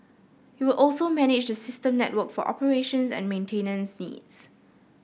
it will also manage the system network for operations and maintenance needs